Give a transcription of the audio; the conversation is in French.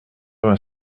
vingt